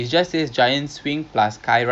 bike